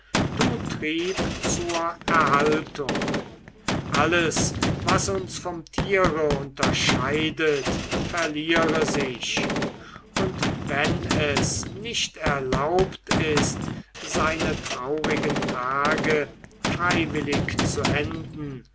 du trieb zur erhaltung alles was uns vom tiere unterscheidet verliere sich und wenn es nicht erlaubt ist seine traurigen tage freiwillig zu endigen